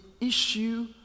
issue